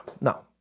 no